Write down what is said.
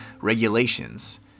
regulations